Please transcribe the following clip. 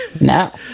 no